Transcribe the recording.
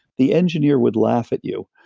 the engineer would laugh at you.